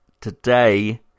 today